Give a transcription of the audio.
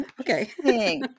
Okay